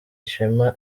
ishema